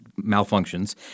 malfunctions